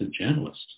journalist